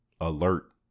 alert